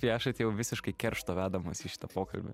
tai aš atėjau visiškai keršto vedamas į šitą pokalbį